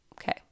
Okay